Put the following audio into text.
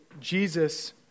Jesus